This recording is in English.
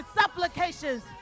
supplications